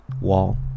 wall